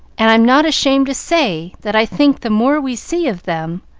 and i'm not ashamed to say that i think the more we see of them,